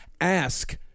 ask